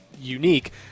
unique